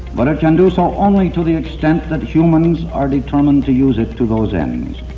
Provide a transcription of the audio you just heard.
but it can do so only to the extent that humans are determined to use it to those animals.